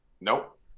nope